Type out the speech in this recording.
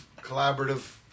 collaborative